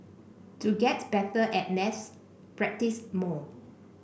to get better at maths practise more